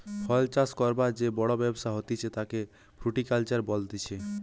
ফল চাষ করবার যে বড় ব্যবসা হতিছে তাকে ফ্রুটিকালচার বলতিছে